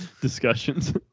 discussions